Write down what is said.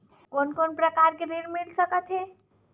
कोन कोन प्रकार के ऋण मिल सकथे?